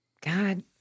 God